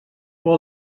por